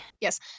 Yes